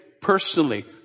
Personally